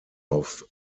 auf